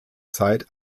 zeit